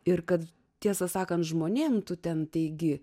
ir kad tiesą sakant žmonėms tu ten taigi